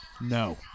No